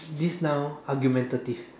this noun argumentative